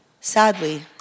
Sadly